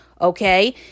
okay